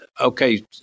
okay